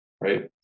Right